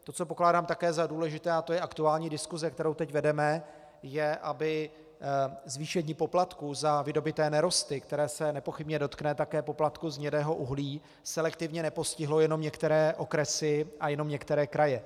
To, co pokládám také za důležité a to je aktuální diskuse, kterou teď vedeme , je, aby zvýšení poplatků za vydobyté nerosty, které se nepochybně dotkne také poplatku z hnědého uhlí, selektivně nepostihlo jenom některé okresy a jenom některé kraje.